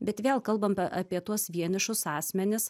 bet vėl kalbame apie tuos vienišus asmenis